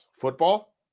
football